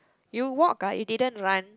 you walk ah you didn't run